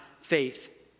faith